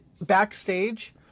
backstage